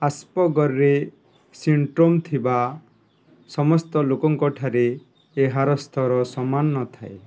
Asperger syndrome ଥିବା ସମସ୍ତ ଲୋକଙ୍କଠାରେ ଏହାର ସ୍ତର ସମାନ ନଥାଏ